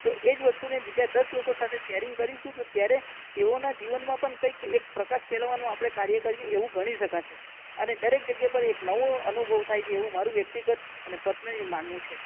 તો એ જ વસ્તુને બીજા દસ લોકો સાથે શેરિંગ કરીશું તો ત્યારે તેઓના જીવનમાં પણ કંઈક એક પ્રકાશ ફેલાવવાનું કરી કરી શકીએ એવું ગણી શકાશે અને દરેક જગ્યા પર નવો અનુભવ થાય છે એવું મારુ વ્યક્તિગત અને પર્સનલી માનવું છે